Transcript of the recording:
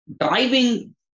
driving